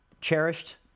cherished